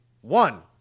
One